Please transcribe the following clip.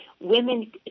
women